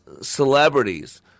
celebrities